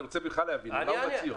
אני רוצה להבין על מה הוא מצהיר?